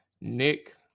Nick